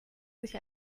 sich